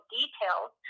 details